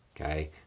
Okay